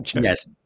yes